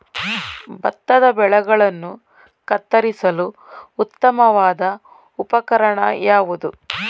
ಭತ್ತದ ಬೆಳೆಗಳನ್ನು ಕತ್ತರಿಸಲು ಉತ್ತಮವಾದ ಉಪಕರಣ ಯಾವುದು?